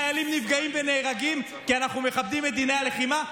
חיילים נפגעים ונהרגים כי אנחנו מכבדים את דיני הלחימה.